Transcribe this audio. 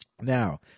Now